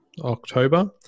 October